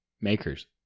Maker's